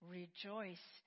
rejoice